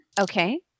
Okay